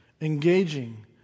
engaging